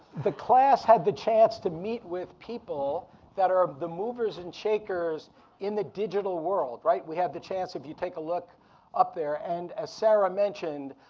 the class had the chance to meet with people that are the movers and shakers in the digital world. we had the chance, if you take a look up there. and as sara mentioned,